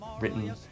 written